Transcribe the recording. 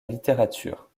littérature